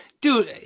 Dude